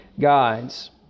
guides